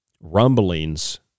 rumblings